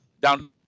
down